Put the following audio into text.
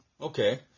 Okay